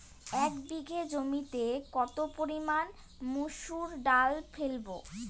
এক বিঘে জমিতে কত পরিমান মুসুর ডাল ফেলবো?